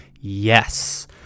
yes